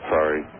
Sorry